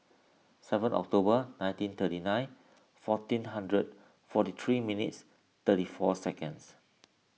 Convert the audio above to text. seven October nineteen thirty nine fourteen hundred forty three minutes thirty four seconds